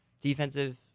defensive